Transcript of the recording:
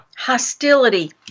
hostility